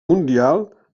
mundial